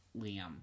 Liam